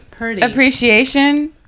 appreciation